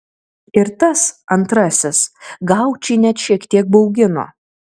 ir tas antrasis gaučį net šiek tiek baugino